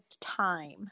time